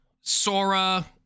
sora